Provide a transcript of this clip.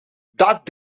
dat